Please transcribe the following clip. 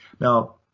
Now